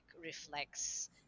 reflects